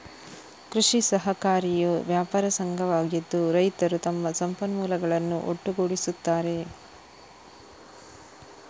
ಕೃಷಿ ಸಹಕಾರಿಯು ವ್ಯಾಪಾರ ಸಂಘವಾಗಿದ್ದು, ರೈತರು ತಮ್ಮ ಸಂಪನ್ಮೂಲಗಳನ್ನು ಒಟ್ಟುಗೂಡಿಸುತ್ತಾರೆ